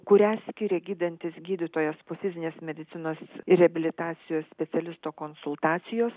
kurią skiria gydantis gydytojas po fizinės medicinos reabilitacijos specialisto konsultacijos